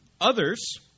Others